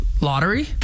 Lottery